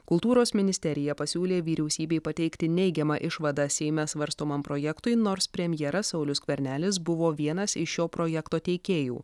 kultūros ministerija pasiūlė vyriausybei pateikti neigiamą išvadą seime svarstomam projektui nors premjeras saulius skvernelis buvo vienas iš šio projekto teikėjų